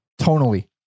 tonally